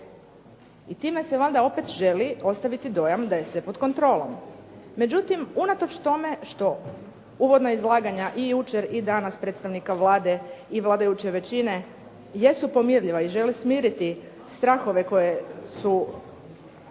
i time se valjda opet želi ostaviti dojam da je sve pod kontrolom. Međutim unatoč tome što uvodna izlaganja i jučer i danas predstavnika Vlade i vladajuće većine jesu pomirljiva i želi smiriti strahove koje su